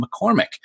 McCormick